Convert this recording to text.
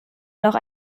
noch